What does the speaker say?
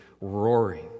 roaring